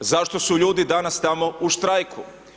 Zašto su ljudi danas tamo u štrajku?